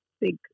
big